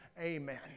amen